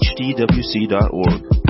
hdwc.org